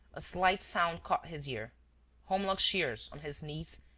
a slight sound caught his ear holmlock shears, on his knees,